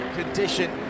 condition